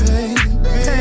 Baby